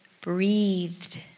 breathed